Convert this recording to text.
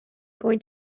going